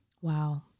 Wow